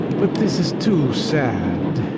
but this is too sad!